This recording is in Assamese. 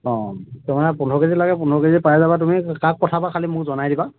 অঁ তাৰমানে পোন্ধৰ কেজি লাগে পোন্ধৰ কেজি পাই যাবা তুমি কাক পঠাবা খালি মোক জনাই দিবা